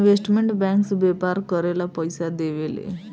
investment bank से व्यापार करेला पइसा देवेले